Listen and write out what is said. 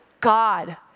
God